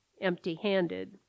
empty-handed